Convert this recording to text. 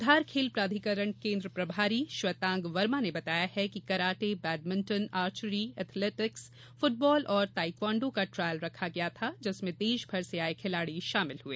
धार खेल प्राधिकरण केंद्र प्रभारी श्वेतांग वर्मा ने बताया कि karate badminton archery athletics football और ताईक्वांडो का ट्रायल रखा गया था जिसमें देश भर से आये खिलाड़ी शामिल हुए